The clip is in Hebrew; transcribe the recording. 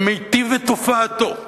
ומיטיב את הופעתו,